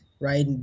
right